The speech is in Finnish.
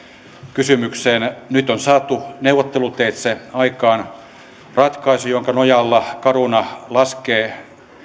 kysymykseen nyt on saatu neuvotteluteitse aikaan ratkaisu jonka nojalla caruna laskee